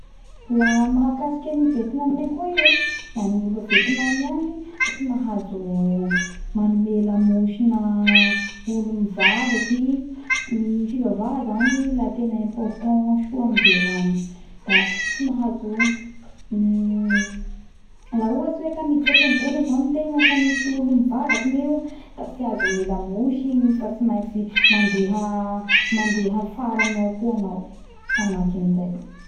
La ny mahakasiky an ny Vietnamien koa i e da ny olo a Vietinamy agny i tsy mahazo manome lamosina olo mivavaky gny fivavaha zany la tena important soa amindreo agny da tsy mahazo La ohatsy hoe ka miditsy ampengona zany tegna ka misy olo mivavaky eo da tsy mahazo ome lamosy igny fa tsy maintsy mandeha mandeha afarany ao koa anao manahaky an zay.